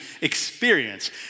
experience